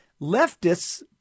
Leftists